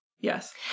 yes